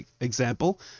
example